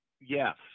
yes